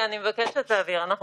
אבל זה אינו